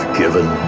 given